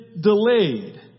delayed